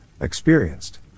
experienced